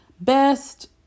best